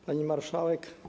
Pani Marszałek!